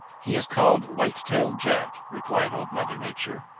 he is called white-tailed jack, replied old mother nature.